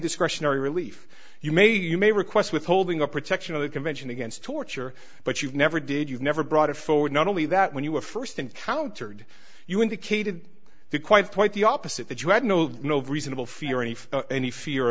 discretionary relief you may you may request withholding or protection of the convention against torture but you never did you never brought it forward not only that when you were first encountered you indicated to quite quite the opposite that you had no no reasonable fear and if any fear